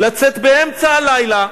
לצאת באמצע הלילה,